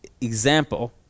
example